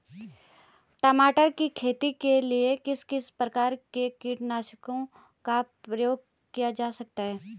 टमाटर की खेती के लिए किस किस प्रकार के कीटनाशकों का प्रयोग किया जाता है?